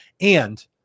And-